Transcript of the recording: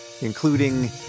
including